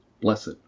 blessed